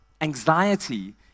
anxiety